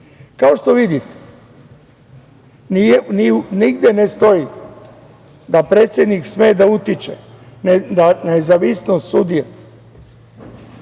što vidite, nigde ne stoji da predsednik sme da utiče na nezavisnost sudija